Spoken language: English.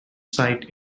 site